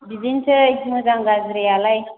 बिदिनोसै मोजां गाज्रियालाय